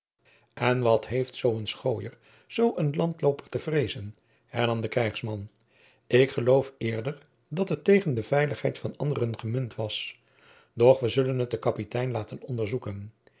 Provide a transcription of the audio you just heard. en wat heeft zoo een schoojer zoo een landlooper te vreezen hernam de krijgsman ik geloof eerder dat het tegen de veiligheid van anderen gemunt was doch we zullen het den kapitein laten onderzoeken